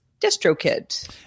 DistroKid